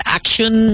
action